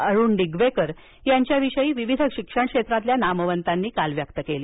अरुण निगवेकर यांच्याविषयी विविध शिक्षण क्षेत्रातील नामवंतांनी व्यक्त केली